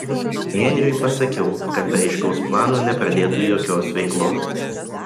henriui pasakiau kad be aiškaus plano nepradėtų jokios veiklos